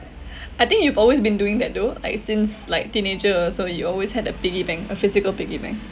I think you've always been doing that though like since like teenager also you always had a piggy bank a physical piggy bank